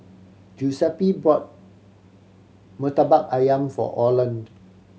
Giuseppe brought Murtabak Ayam for Orland